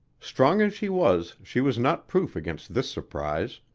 strong as she was, she was not proof against this surprise.